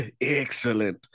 Excellent